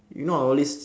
you know I always